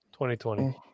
2020